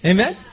Amen